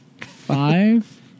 Five